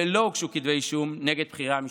ולא הוגשו כתבי אישום נגד בכירי המשטרה.